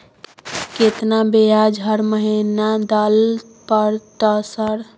केतना ब्याज हर महीना दल पर ट सर?